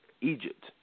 Egypt